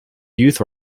youth